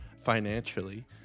financially